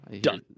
Done